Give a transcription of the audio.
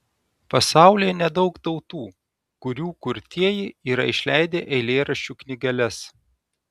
pasaulyje nedaug tautų kurių kurtieji yra išleidę eilėraščių knygeles